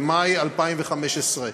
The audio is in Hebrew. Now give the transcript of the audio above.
במאי 2015,